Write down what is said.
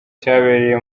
cyabereye